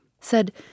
said